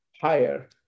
higher